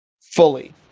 fully